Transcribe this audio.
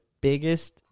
biggest